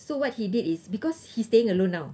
so what he did is because he's staying alone now